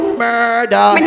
murder